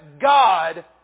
God